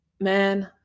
man